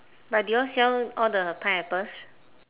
but do you all sell all the pineapples